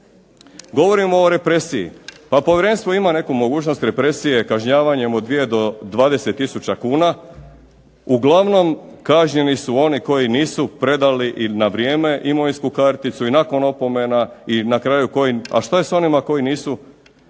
Govorimo o represiji. Pa povjerenstvo ima neku mogućnost represije kažnjavanjem od dvije do 20000 kuna. Uglavnom kažnjeni su oni koji nisu predali ili na vrijeme imovinsku karticu i nakon opomena. I na kraju tko im, a što je sa onim što nisu po